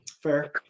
Fair